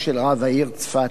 הרב שמואל אליהו,